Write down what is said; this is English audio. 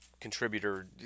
contributor